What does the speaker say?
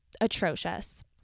atrocious